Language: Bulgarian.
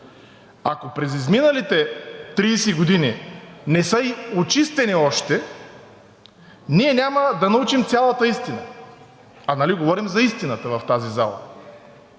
Ако през изминалите 30 години не са очистени още, ние няма да научим цялата истина, а нали говорим за истината в тази зала.